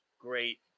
great